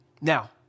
Now